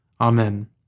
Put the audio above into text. Amen